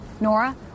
Nora